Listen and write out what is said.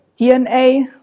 DNA